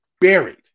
buried